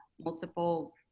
multiple